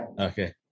Okay